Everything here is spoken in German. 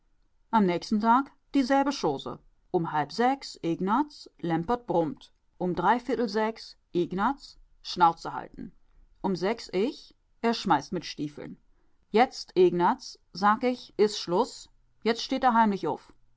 verschlossen nächsten tag dieselbe chose um halb sechs ignaz lempert brummt um dreiviertel sechs ignaz schnauze halten um sechs ich er schmeißt mit stiefeln jetzt ignaz sag ich is schluß jetzt steht er heimlich uff